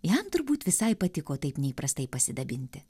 jam turbūt visai patiko taip neįprastai pasidabinti